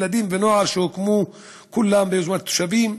ילדים ונוער שהוקמו כולם ביוזמת התושבים,